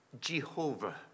Jehovah